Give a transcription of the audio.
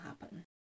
happen